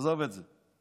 עזוב את זה.